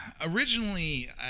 Originally